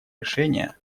решения